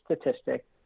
statistic